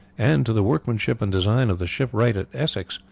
and to the workmanship and design of the shipwright of exeter,